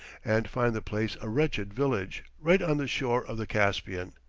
and find the place a wretched village, right on the shore of the caspian.